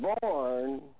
born